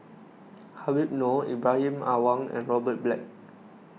Habib Noh Ibrahim Awang and Robert Black